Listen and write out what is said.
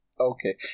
okay